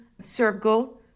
circle